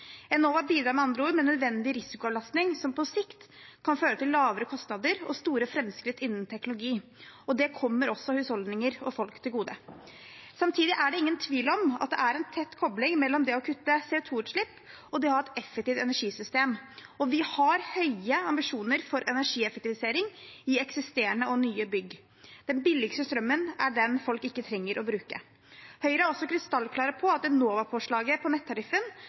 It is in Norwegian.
Enova bidrar med andre ord med nødvendig risikoavlastning som på sikt kan føre til lavere kostnader og store framskritt innen teknologi, og det kommer også husholdninger og folk til gode. Samtidig er det ingen tvil om at det er en tett kobling mellom det å kutte CO 2 -utslipp og det å ha et effektivt energisystem, og vi har høye ambisjoner for energieffektivisering i eksisterende og nye bygg. Den billigste strømmen er den folk ikke trenger å bruke. Høyre er også krystallklare på at Enova-påslaget på nettariffen